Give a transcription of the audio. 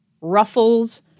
Ruffles